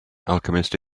alchemist